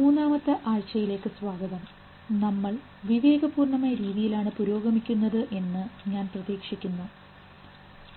മൂന്നാമത്തെ ആഴ്ചയിലേക്ക് സ്വാഗതം നമ്മൾ വിവേകപൂർണമായ രീതിയിലാണ് പുരോഗമിക്കുന്നത് എന്ന് ഞാൻ പ്രതീക്ഷിക്കുന്നു